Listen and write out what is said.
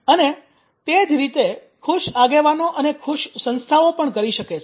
અને તે જ રીતે ખુશ આગેવાનો અને ખુશ સંસ્થાઓ પણ કરી શકે છે